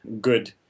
good